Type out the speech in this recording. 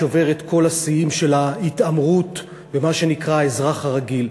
שובר את כל השיאים של ההתעמרות במה שנקרא האזרח הרגיל,